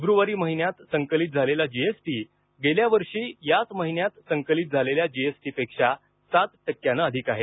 February महिन्यात संकलित झालेला जीएसटी गेल्या वर्षी याच महिन्यात संकलित झालेल्या जीएसटीपेक्षा सात टक्क्यानं अधिक आहे